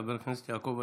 חבר הכנסת יעקב אשר.